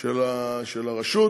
של הרשות,